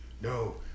No